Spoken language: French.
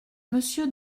monsieur